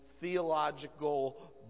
theological